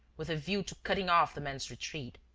with a view to cutting off the man's retreat.